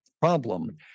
problem